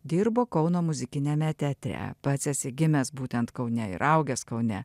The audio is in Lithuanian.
dirbo kauno muzikiniame teatre pats esi gimęs būtent kaune ir augęs kaune